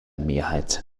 mehrheit